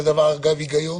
יש לזה אגב היגיון